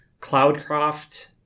Cloudcroft